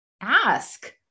ask